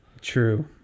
True